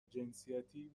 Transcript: جنسیتی